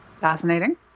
Fascinating